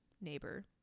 neighbor